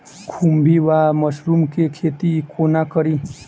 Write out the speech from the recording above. खुम्भी वा मसरू केँ खेती कोना कड़ी?